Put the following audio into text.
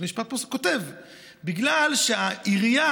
בית משפט כתב: בגלל שהעירייה,